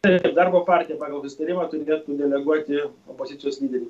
taip ir darbo partija pagal susitarimą turėtų deleguoti opozicijos lyderį